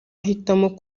ahitamo